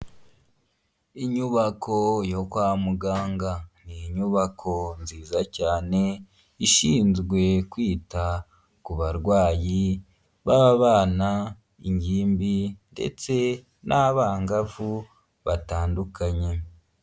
Inyubako yo kwa muganga, ni inyubako nziza cyane ishinzwe kwita ku barwayi b'abana, ingimbi ndetse n'abangavu batandukanye.